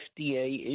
FDA